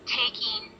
taking